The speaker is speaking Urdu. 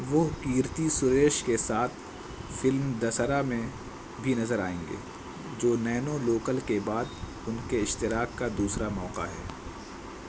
وہ کیرتی سریش کے ساتھ فلم دسہرا میں بھی نظر آئیں گے جو نینو لوکل کے بعد ان کے اشتراک کا دوسرا موقع ہے